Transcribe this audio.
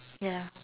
ya